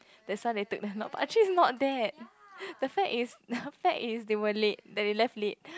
that's why they took but actually is not there the fact is the fact is they were late that they left late